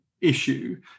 issue